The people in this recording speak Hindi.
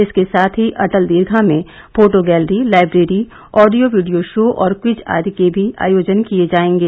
इसके साथ ही अटल दीर्घा में photo gallery library audio video show और क्विज आदि के भी आयोजन किये जायेंगे